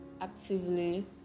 actively